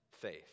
faith